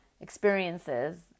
experiences